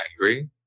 angry